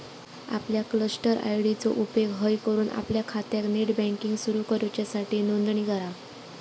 आपल्या cluster ID चो उपेग हय करून आपल्या खात्यात नेट बँकिंग सुरू करूच्यासाठी नोंदणी करा